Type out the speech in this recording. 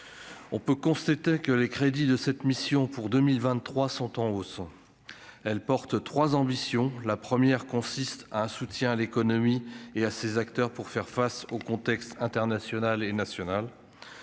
on peut constater que les crédits de cette mission, pour 2023 sont en hausse, elle porte 3 ambitions : la première consiste à un soutien à l'économie et à ses acteurs pour faire face au contexte international et national,